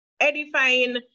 edifying